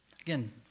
Again